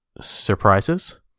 surprises